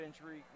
injury